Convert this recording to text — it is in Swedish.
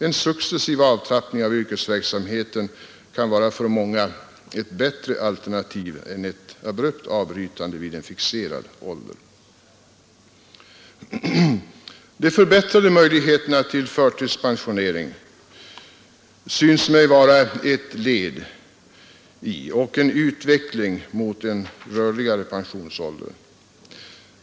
En successiv avtrappning av yrkesverksamheten kan för många vara ett bättre alternativ än ett abrupt avbrytande vid en fixerad ålder. De förbättrade möjligheterna till förtidspensionering synes mig vara ett led i och en utveckling mot en rörligare pensionsålder.